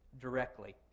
directly